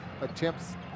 attempts